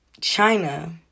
China